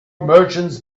merchants